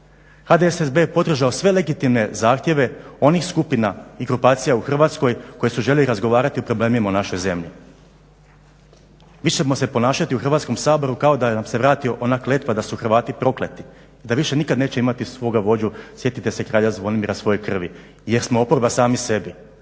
HDSSB je podržao sve legitimne zahtjeve onih skupina i grupacija u Hrvatskoj koji su željeli razgovarati o problemima u našoj zemlji. Mi ćemo se ponašati u Hrvatskom saboru kao da nam se vrati ona kletva da su Hrvati prokleti, da više nikad neće imati svoga vođu. Sjetite se kralja Zvonimira, svoje krvi, jer smo oporba sami sebi.